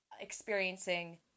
experiencing